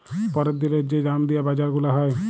প্যরের দিলের যে দাম দিয়া বাজার গুলা হ্যয়